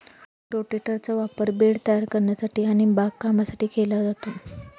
रोटेटरचा वापर बेड तयार करण्यासाठी आणि बागकामासाठी केला जातो